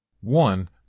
one